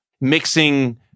mixing